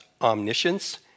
omniscience